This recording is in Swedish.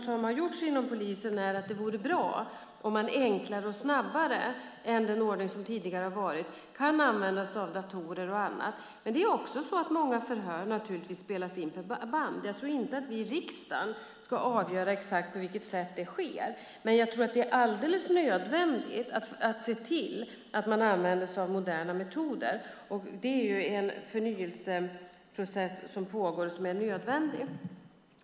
Den erfarenhet man har inom polisen är att det vore bra om man enklare och snabbare än med tidigare ordning kan använda sig av datorer och annat. Många förhör spelas in på band. Jag tror inte att vi i riksdagen ska avgöra exakt på vilket sätt det sker, men jag tror att det är alldeles nödvändigt att se till att man använder sig av moderna metoder. Det är en förnyelseprocess som pågår och som är nödvändig.